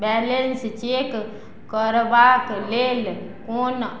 balance check करबाके लेल कोन